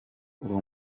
uwo